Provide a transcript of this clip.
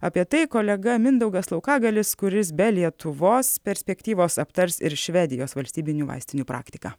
apie tai kolega mindaugas laukagalis kuris be lietuvos perspektyvos aptars ir švedijos valstybinių vaistinių praktiką